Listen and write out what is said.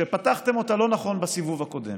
שפתחתם אותה לא נכון בסיבוב הקודם.